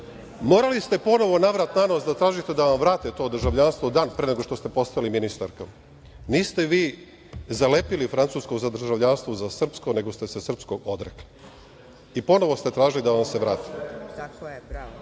Morali ste ponovo navrat na nos da tražite da vam vrate to državljanstvo dan pre nego što ste postali ministarka. Niste vi zalepili francusko državljanstvo za srpsko nego ste se srpskog odrekli i ponovo ste tražili da vam se vrati. **Elvira